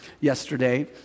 yesterday